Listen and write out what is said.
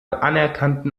anerkannten